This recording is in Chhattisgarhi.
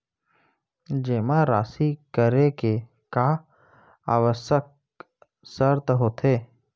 जेमा राशि करे के का आवश्यक शर्त होथे?